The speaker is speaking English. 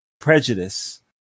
prejudice